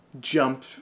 jump